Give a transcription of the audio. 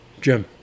Jim